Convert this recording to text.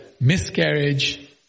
miscarriage